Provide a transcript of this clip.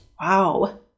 wow